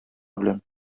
белән